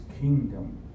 kingdom